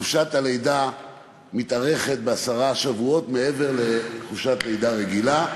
חופשת הלידה מתארכת בעשרה שבועות מעבר לחופשת לידה רגילה.